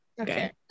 Okay